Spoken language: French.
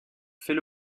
fait